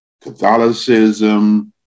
Catholicism